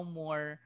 more